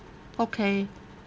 okay